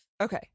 Okay